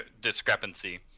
discrepancy